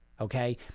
okay